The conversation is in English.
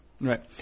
Right